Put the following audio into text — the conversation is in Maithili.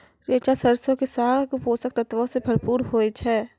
रैचा सरसो के साग पोषक तत्वो से भरपूर होय छै